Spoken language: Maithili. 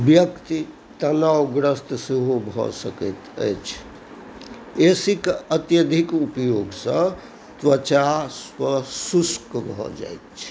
व्यक्ति तनावग्रस्त सेहो भऽ सकैत अछि ए सी के अत्यधिक उपयोगसँ त्वचा शुष्क भऽ जाइ छै